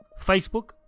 Facebook